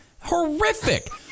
horrific